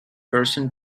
person